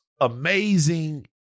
amazing